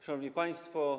Szanowni Państwo!